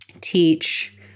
teach